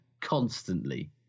constantly